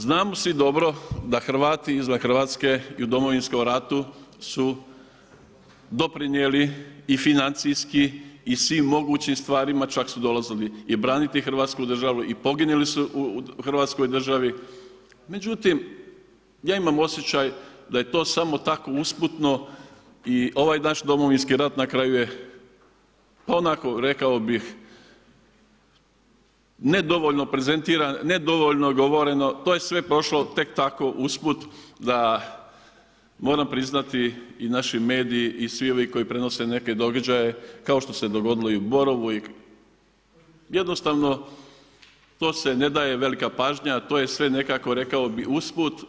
Znamo svi dobro da Hrvati izvan Hrvatske i u Domovinskom ratu su doprinijeli i financijski i svim mogućim stvarima, čak su dolazili i braniti Hrvatsku državu i poginuli su u Hrvatskoj državi, međutim ja imam osjećaj da je to samo tako usputno i ovaj naš Domovinski rat na kraju je, pa onako rekao bih, ne dovoljno prezentiran, ne dovoljno govoreno, to je sve prošlo tek tako usput da, moram priznati i naši mediji i svi ovi koji prenose neke događaje, kao što se dogodilo i u Borovu i jednostavno to se ne daje velika pažnja, to je sve nekako, rekao bih usput.